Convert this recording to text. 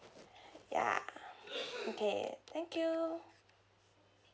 ya okay thank you